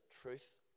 truth